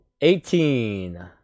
Eighteen